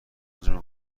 آنجا